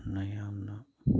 ꯐꯅꯌꯥꯝꯅ